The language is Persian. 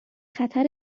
خطر